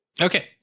Okay